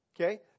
Okay